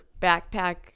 backpack